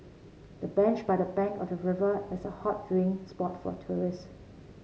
the bench by the bank of the river is a hot viewing spot for tourist